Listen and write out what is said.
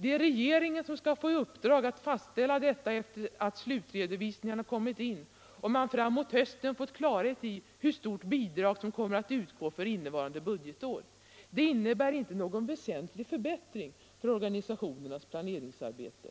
Det är regeringen som skall få i uppdrag att fastställa detta efter det att slutredovisningarna kommit in och man framemot hösten fått klarhet i hur stort bidrag som kommer att utgå för innevarande budgetår. Det innebär inte någon väsentlig förbättring för organisationernas planeringsarbete.